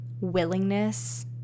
willingness